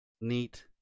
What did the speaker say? neat